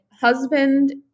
husband